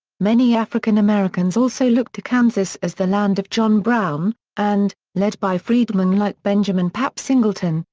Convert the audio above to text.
many african americans also looked to kansas as the land of john brown and, led by freedmen like benjamin pap singleton,